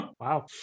Wow